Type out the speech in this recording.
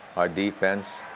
our defense